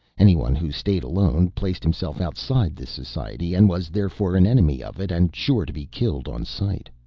anyone who stayed alone placed himself outside this society and was therefore an enemy of it and sure to be killed on sight.